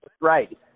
Right